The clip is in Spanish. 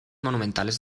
monumentales